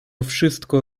wszystko